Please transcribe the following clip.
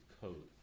code